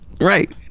Right